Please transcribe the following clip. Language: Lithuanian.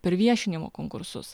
per viešinimo konkursus